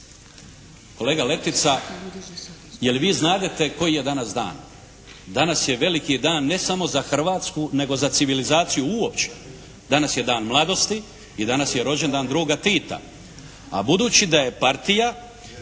Kolega Letica! Jel' vi znadete koji je danas dan? Danas je veliki dan ne samo za Hrvatsku, nego za civilizaciju uopće. Danas je Dan mladosti i danas je rođendan druga Tita. A budući da je partija